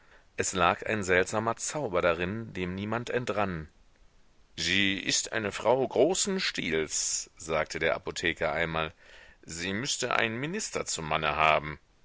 es lag ein seltsamer zauber darin dem niemand entrann sie ist eine frau großen stils sagte der apotheker einmal sie müßte einen minister zum manne haben